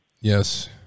Yes